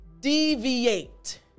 deviate